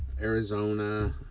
Arizona